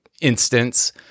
instance